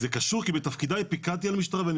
זה קשור כי בתפקידיי פיקדתי על המשטרה ואני